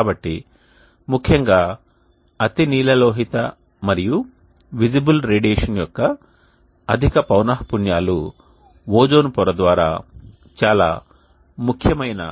కాబట్టి ముఖ్యంగా అతినీలలోహిత మరియు విజిబుల్ రేడియేషన్ యొక్క అధిక పౌనఃపున్యాలు ఓజోన్ పొర ద్వారా చాలా ముఖ్యమైన